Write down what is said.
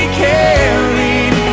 carried